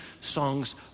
songs